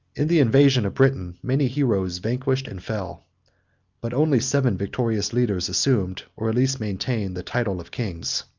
in the invasion of britain many heroes vanquished and fell but only seven victorious leaders assumed, or at least maintained, the title of kings.